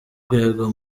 rwego